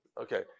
Okay